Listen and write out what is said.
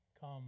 Come